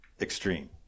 extreme